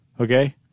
okay